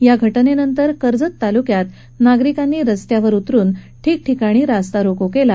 या घटनेनंतर कर्जत तालुक्यात नागरिकांनी रस्तावर उतरून ठिकठिकाणी रास्तारोको केला